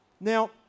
Now